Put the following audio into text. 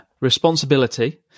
responsibility